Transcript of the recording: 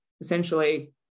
essentially